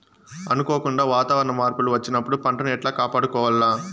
అనుకోకుండా వాతావరణ మార్పులు వచ్చినప్పుడు పంటను ఎట్లా కాపాడుకోవాల్ల?